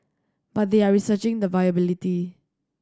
but they are researching the viability